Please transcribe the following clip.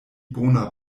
bona